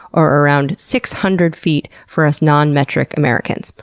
or around six hundred feet for us non-metric americans.